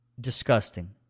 disgusting